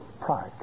pride